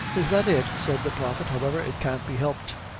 is that it? said the prophet however, it can't be helped.